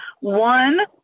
one